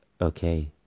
okay